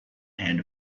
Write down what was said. hand